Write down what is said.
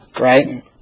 Right